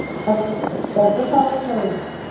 hello doctor साह्व बोला दे